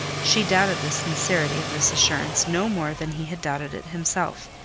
she doubted the sincerity of this assurance no more than he had doubted it himself,